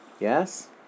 Yes